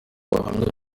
abahamya